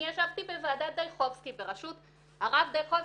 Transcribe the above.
אני ישבתי בוועדת דיכובסקי בראשות הרבה דיכובסקי,